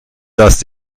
dass